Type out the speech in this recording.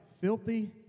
filthy